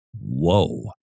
Whoa